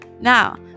Now